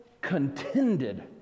contended